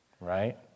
right